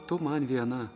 tu man viena